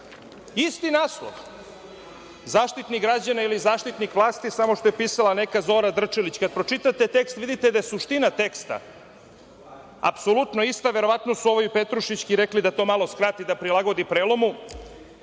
isti naslov – Zaštitnik građana ili zaštitnik vlasti, samo što je pisala neka Zora Drčelić. Kada pročitate tekst vidite da je suština teksta apsolutno ista. Verovatno su rekli ovoj Petrušićki da to malo skrati, da prilagodi prelomu,